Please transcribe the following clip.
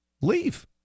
Leave